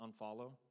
unfollow